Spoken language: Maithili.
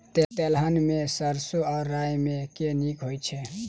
तेलहन मे सैरसो आ राई मे केँ नीक होइ छै?